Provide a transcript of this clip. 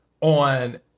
on